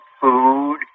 food